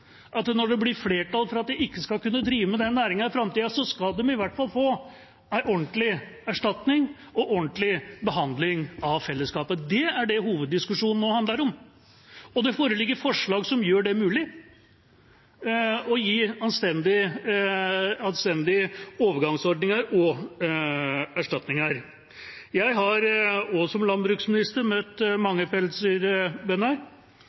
at når det blir flertall for at de ikke skal kunne drive med den næringen i framtida, så skal de i hvert fall få en ordentlig erstatning og en ordentlig behandling fra fellesskapets side. Det er det hoveddiskusjonen nå handler om. Det foreligger forslag som gjør det mulig å gi anstendige overgangsordninger og erstatninger. Jeg har som landbruksminister også møtt